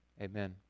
Amen